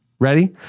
Ready